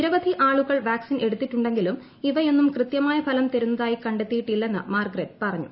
നിരവധി ആളുകൾ വാക്സിൻ എടുത്തിട്ടുണ്ടെങ്കിലും ഇവയൊന്നും കൃത്യമായ ഫലം തരുന്നതായി കണ്ടെത്തിയിട്ടില്ലെന്ന് മാർഗരറ്റ് പറഞ്ഞു